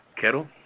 Kettle